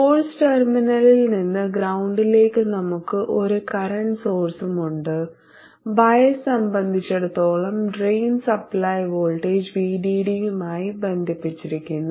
source ടെർമിനലിൽ നിന്ന് ഗ്രൌണ്ടിലേക്ക് നമുക്ക് ഒരു കറന്റ് സോഴ്സ്മുണ്ട് ബയസ് സംബന്ധിച്ചിടത്തോളം ഡ്രെയിൻ സപ്ലൈ വോൾട്ടേജ് - VDD മായി ബന്ധിപ്പിച്ചിരിക്കുന്നു